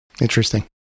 Interesting